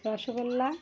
rasgulla